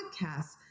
podcasts